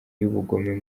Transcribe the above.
y’ubugome